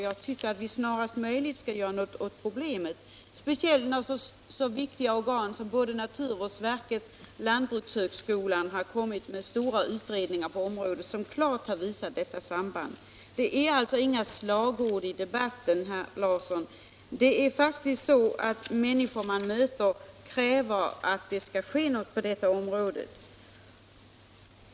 Vi borde snarast göra något åt problemet, speciellt när så viktiga organ som både naturvårdsverket och lantbrukshögskolan har kommit med stora utredningar på området som klart visat detta samband. Det är alltså inga slagord i debatten, herr Larsson i Borrby, det är faktiskt så att människor man möter kräver att det skall ske någonting på det här området.